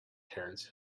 terence